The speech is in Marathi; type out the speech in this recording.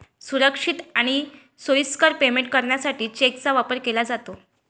सुरक्षित आणि सोयीस्कर पेमेंट करण्यासाठी चेकचा वापर केला जातो